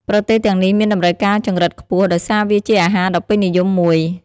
ប្រទេសទាំងនេះមានតម្រូវការចង្រិតខ្ពស់ ដោយសារវាជាអាហារដ៏ពេញនិយមមួយ។